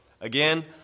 again